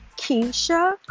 Keisha